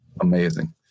amazing